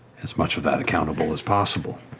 as much of that accountable as possible.